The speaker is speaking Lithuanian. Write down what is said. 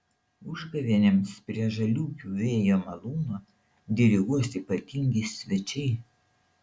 užgavėnėms prie žaliūkių vėjo malūno diriguos ypatingi svečiai